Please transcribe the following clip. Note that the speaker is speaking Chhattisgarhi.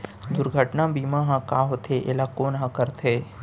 दुर्घटना बीमा का होथे, एला कोन ह करथे?